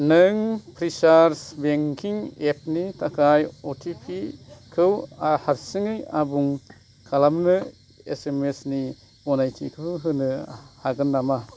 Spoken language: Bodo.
नों फ्रिसार्ज बेंकिं एपनि थाखाय अ टि पि खौ हारसिङै आबुं खालामनो एस एम एस नि गनायथिखौ होनो हागोन नामा